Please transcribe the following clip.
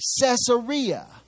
Caesarea